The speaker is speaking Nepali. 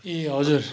ए हजुर